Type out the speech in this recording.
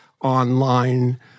online